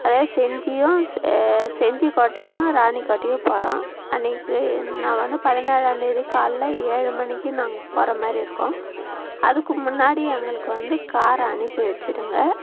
அதாவது செஞ்சியும் செஞ்சிக்கோட்டையும் ராணி கோட்டையும் போகிறோம் அன்னைக்கு நான் வந்து பதினேழாம் தேதி காலையில் ஏழு மணிக்கு நாங்கள் போகிற மாதிரி இருக்கோம் அதுக்கு முன்னாடி எங்களுக்கு வந்து காரை அனுப்பி வச்சுடுங்க